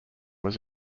was